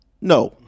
no